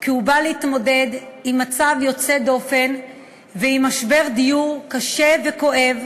כי הוא בא להתמודד עם מצב יוצא דופן ועם משבר דיור קשה וכואב,